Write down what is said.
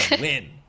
win